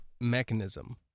mechanism